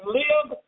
live